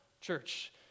church